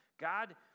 God